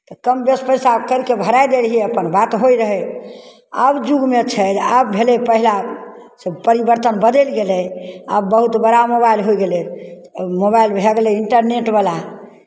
तऽ कम बेस पैसा करि कऽ भराय दैत रहियै अपन बात होइत रहै आब युगमे छै जे आब भेलै पहिलासँ परिवर्तन बदलि गेलै आब बहुत बड़ा मोबाइल होय गेलै मोबाइल भए गेलै इंटरनेटवला